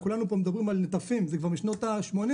כולנו פה מדבר על נטפים, זה כבר משנות השמונים.